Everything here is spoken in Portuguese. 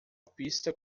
pista